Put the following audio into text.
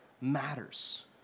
matters